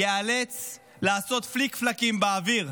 הוא ייאלץ לעשות פליק-פלאקים באוויר